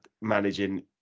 managing